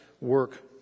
work